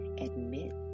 admit